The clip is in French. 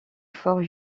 fort